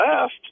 left